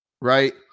right